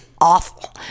awful